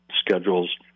schedules